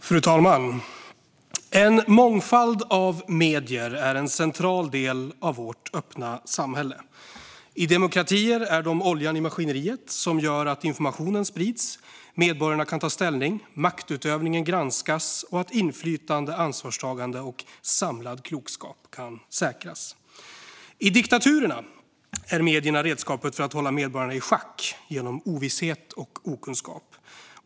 Fru talman! En mångfald av medier är en central del av vårt öppna samhälle. I demokratier är de oljan i maskineriet som gör att informationen sprids, att medborgarna kan ta ställning, att maktutövningen granskas och att inflytande, ansvarstagande och samlad klokskap kan säkras. I diktaturer är medierna redskapet för att hålla medborgarna i schack genom ovisshet och okunskap.